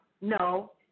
No